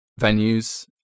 venues